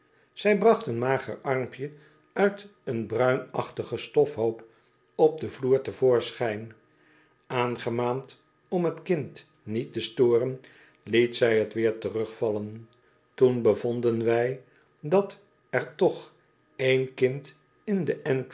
zij bracht een mager armpje uit een bruin achtigen stofhoop op den vloer te voorschijn aangemaand om t kind niet te storen liet zij t weer terugvallen toen bevonden wij dat er toch één kind in de